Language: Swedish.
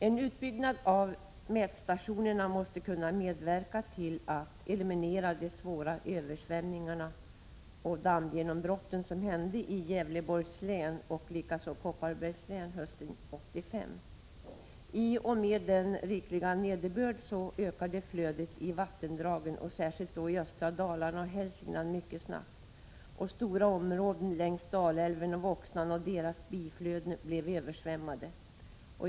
En utbyggnad av mätstationerna måste kunna medverka till att eliminera svåra översvämningar och dammgenombrott. Sådana inträffade i Gävleborgs län och Kopparbergs län under hösten 1985. I och med den rikliga nederbörden ökade flödet i vattendragen, särskilt i östra Dalarna och i Hälsingland, mycket snabbt. Stora områden längs Dalälven och Voxnan och deras biflöden blev översvämmade.